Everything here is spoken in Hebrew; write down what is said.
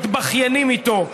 מתבכיינים איתו.